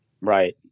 Right